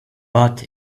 but